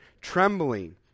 trembling